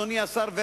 אדוני השר,